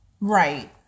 Right